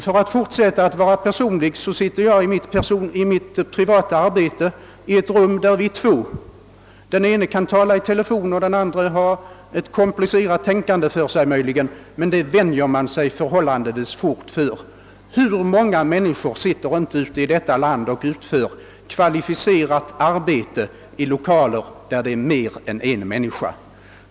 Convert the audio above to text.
För att fortsätta att vara personlig kan jag tala om att jag i mitt privata arbete delar rum med en annan person. Där förekommer det att den ene talar i telefon, medan den andre kanske är sysselsatt med ett komplicerat problem. Man vänjer sig förhållandevis snabbt vid detta. Hur många människor i detta land utför inte ett kvalificerat arbete i lokaler, i vilka det sitter mer än en person?